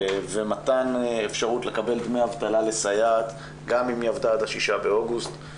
ומתן אפשרות לקבל דמי אבטלה לסייעת גם אם היא עבדה עד ה-6 באוגוסט.